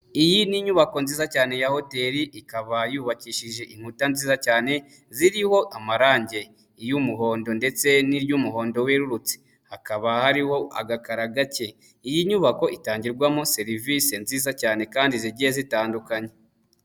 Iyi ni inyubako nziza cyane ya hoteli ikaba yubakishije inkuta nziza cyane ziriho amarange, iy'umuhondo ndetse n'iry'umuhondo werurutse, hakaba hariho agakarara gake, iyi nyubako itangirwamo serivisi nziza cyane kandi zigiye zitandukanye.